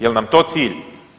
Jel nam to cilj?